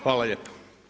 Hvala lijepo.